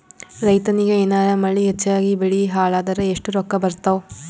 ರೈತನಿಗ ಏನಾರ ಮಳಿ ಹೆಚ್ಚಾಗಿಬೆಳಿ ಹಾಳಾದರ ಎಷ್ಟುರೊಕ್ಕಾ ಬರತ್ತಾವ?